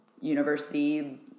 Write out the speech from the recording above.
university